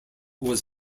was